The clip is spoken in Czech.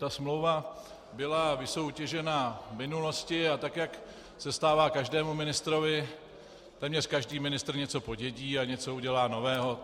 Ta smlouva byla vysoutěžena v minulosti, a tak jak se stává každému ministrovi, téměř každý ministr něco podědí a něco udělá nového.